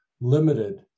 limited